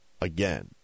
again